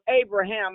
Abraham